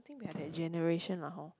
I think we are that generation lah hor